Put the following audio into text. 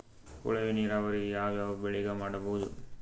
ಕೊಳವೆ ನೀರಾವರಿ ಯಾವ್ ಯಾವ್ ಬೆಳಿಗ ಮಾಡಬಹುದು?